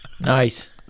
Nice